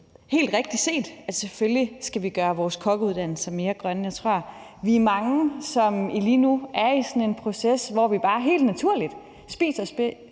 helt rigtigt set, at selvfølgelig skal vi gøre vores kokkeuddannelser mere grønne. Jeg tror, vi er mange, som lige nu er i sådan en proces, hvor vi bare helt naturligt spiser flere